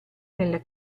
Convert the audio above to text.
nella